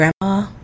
Grandma